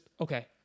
Okay